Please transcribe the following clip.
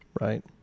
Right